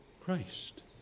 Christ